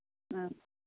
ம்